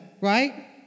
right